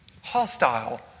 Hostile